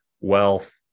wealth